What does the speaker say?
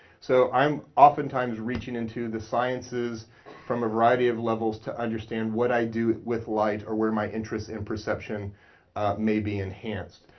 so i'm oftentimes reaching into the sciences from a variety of levels to understand what i do with light or where my interest in perception may be enhanced.